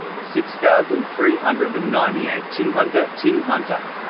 six thousand three hundred and ninety eight timhunter timhunter